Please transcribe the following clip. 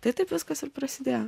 tai taip viskas ir prasidėjo